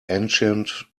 ancient